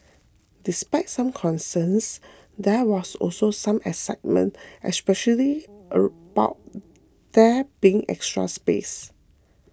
despite some concerns there was also some excitement especially about there being extra space